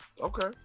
Okay